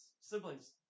siblings